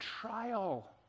trial